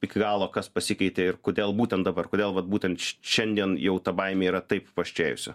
iki galo kas pasikeitė ir kodėl būtent dabar kodėl vat būtent šiandien jau ta baimė yra taip paaštrėjusi